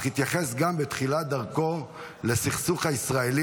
אך התייחס גם בתחילת דרכו לסכסוך הישראלי